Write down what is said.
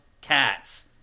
cats